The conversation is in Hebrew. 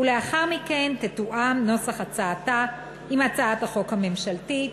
ולאחר מכן יתואם נוסח הצעתה עם הצעת החוק הממשלתית.